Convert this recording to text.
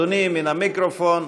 אדוני, מן המיקרופון.